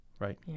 Right